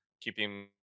keeping